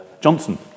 Johnson